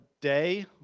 day